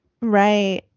right